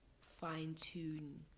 fine-tune